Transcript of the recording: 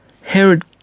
Herod